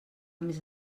més